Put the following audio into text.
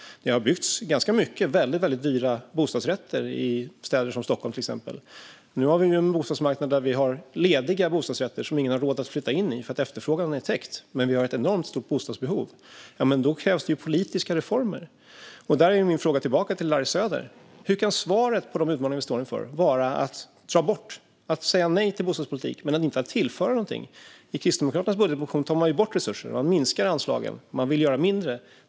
Det har byggts ganska många väldigt dyra bostadsrätter i städer som till exempel Stockholm. Nu har vi en bostadsmarknad där det finns lediga bostadsrätter som ingen har råd att flytta in i eftersom efterfrågan har täckts, medan vi har ett enormt stort bostadsbehov. Då krävs politiska reformer. Min fråga tillbaka till Larry Söder blir: Hur kan svaret på de utmaningar vi står inför vara att ta bort och att säga nej till bostadspolitik men inte tillföra någonting? Kristdemokraterna tar i sin budgetmotion bort resurser. Man minskar anslagen. Man vill göra mindre.